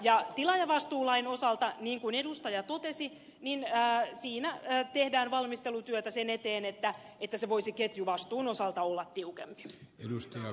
ja tilaajavastuulain osalta niin kuin edustaja totesi valmistelutyötä tehdään sen eteen että se voisi ketjuvastuun osalta olla tiukempi